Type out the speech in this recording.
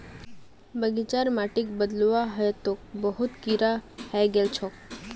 बगीचार माटिक बदलवा ह तोक बहुत कीरा हइ गेल छोक